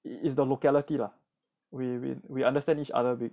it is the locality lah we we we understand each other